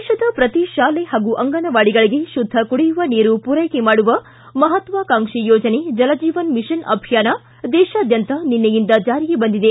ದೇಶದ ಪ್ರತಿ ಶಾಲೆ ಹಾಗೂ ಅಂಗನವಾಡಿಗಳಿಗೆ ಶುದ್ದ ಕುಡಿಯುವ ನೀರು ಪೂರೈಕೆ ಮಾಡುವ ಮಹಾತ್ವಾಕಾಂಕ್ಷಿ ಯೋಜನೆ ಜಲಜೀವನ ಮಿಷನ್ ಅಭಿಯಾನ ದೇಶಾದ್ಯಂತ ನಿನ್ನೆಯಿಂದ ಜಾರಿಗೆ ಬಂದಿದೆ